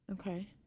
Okay